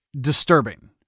disturbing